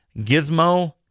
Gizmo